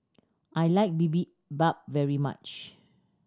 I like Bibimbap very much